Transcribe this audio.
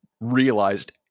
realized